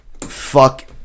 Fuck